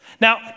Now